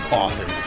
author